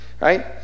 right